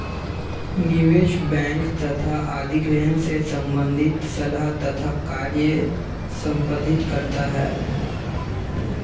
निवेश बैंक तथा अधिग्रहण से संबंधित सलाह तथा कार्य संपादित करता है